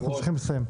אנחנו צריכים לסיים.